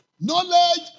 Knowledge